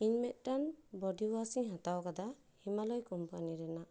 ᱤᱧ ᱢᱤᱫᱴᱟᱝ body wash ᱤᱧ ᱦᱟᱛᱟᱣ ᱟᱠᱟᱫᱟ ᱦᱤᱢᱟᱞᱚᱭ ᱠᱳᱢᱯᱟᱱᱤ ᱨᱮᱱᱟᱜ